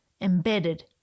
embedded